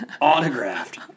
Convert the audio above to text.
autographed